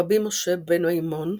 רבי משה בן מימון,